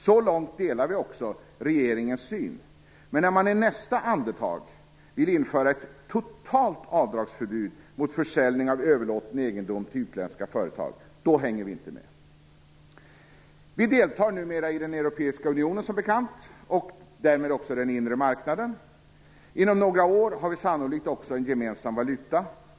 Så långt delar vi också regeringens syn, men när man i nästa andetag vill införa ett totalt avdragsförbud vid försäljning av överlåten egendom till utländska företag hänger vi inte med. Vi deltar numera, som bekant, i den europeiska unionen och i den inre marknaden. Inom några år har vi sannolikt också en gemensam valuta.